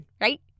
right